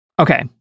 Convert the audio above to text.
okay